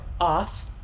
off